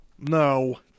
No